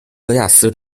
戈亚斯